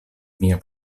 mia